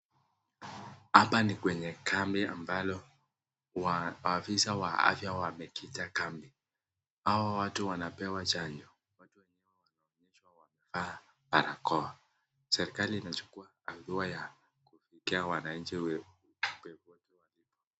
Hapa ni kambi amabalo afisa wa afya wamekita kambi, hao watu wanapewa chanjo watu wenyewe wanaonyeshwa wamevaa barakoa, serikali inachukua hatua ya kufikia wananchi popote walipo.